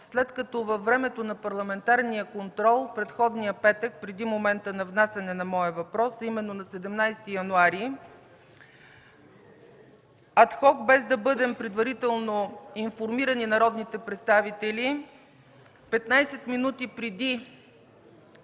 след като във времето на парламентарния контрол предходния петък, преди момента на внасяне на моя въпрос, а именно на 17 януари, ад хок, без да бъдем предварително информирани – народните представители, 15 минути преди